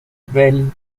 bell